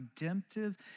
redemptive